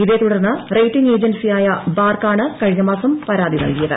ഇതേതുടർന്ന് റേറ്റിംഗ് ഏജൻസിയായ ബാർക്ക് ആണ് കഴിഞ്ഞമാസം പരാതി നൽകിയത്